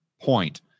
point